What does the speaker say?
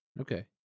Okay